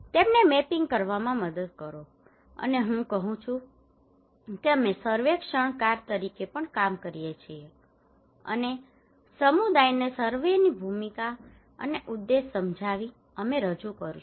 તેમને મેપિંગ કરવામાં મદદ કરો અને હું કહું છું કે અમે સર્વેક્ષણકાર તરીકે પણ કામ કરીએ છીએ અને સમુદાયને સર્વેની ભૂમિકા અને ઉદ્દેશ સમજાવી અને રજૂ કરીશું